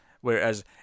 whereas